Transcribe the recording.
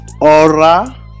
aura